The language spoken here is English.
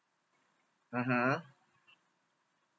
mmhmm